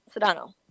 Sedano